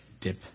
dip